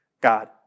God